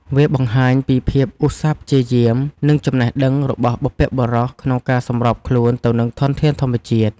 វាបង្ហាញពីភាពឧស្សាហ៍ព្យាយាម និងចំណេះដឹងរបស់បុព្វបុរសក្នុងការសម្របខ្លួនទៅនឹងធនធានធម្មជាតិ។